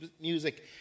music